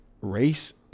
race